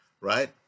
right